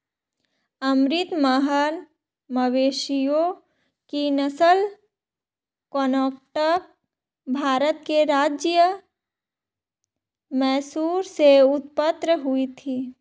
अमृत महल मवेशियों की नस्ल कर्नाटक, भारत के राज्य मैसूर से उत्पन्न हुई थी